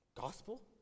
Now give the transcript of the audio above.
gospel